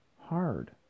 hard